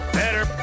better